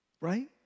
right